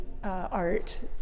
Art